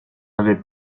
avait